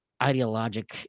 ideologic